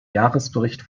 jahresbericht